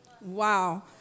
Wow